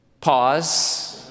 pause